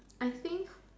I think